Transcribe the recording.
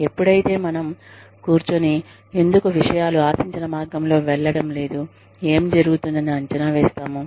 ఎప్పుడైతే మనం కూర్చుని ఎందుకు విషయాలు ఆశించిన మార్గంలో వెళ్లడం లేదు ఏం జరుగుతుంది అని అంచనా వేస్తాము